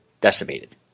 decimated